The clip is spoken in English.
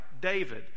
David